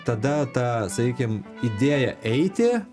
tada ta sakykim idėja eiti